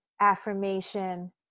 affirmation